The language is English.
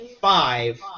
five